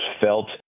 felt